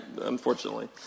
unfortunately